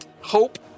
hope